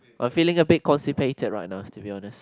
I'm feeling a bit constipated right now to be honest